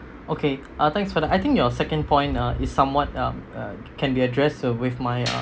okay uh thanks for the I think your second point uh is somewhat uh can be addressed with my um